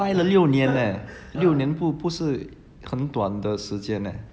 待了六年六年不是很短的时间 eh